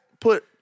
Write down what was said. Put